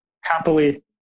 happily